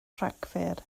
rhagfyr